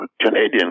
Canadian